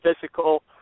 physical